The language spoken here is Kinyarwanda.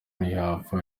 ntiyapfa